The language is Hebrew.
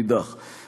מאידך גיסא.